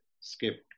skipped